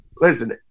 Listen